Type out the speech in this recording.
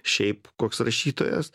šiaip koks rašytojas